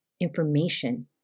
information